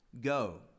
go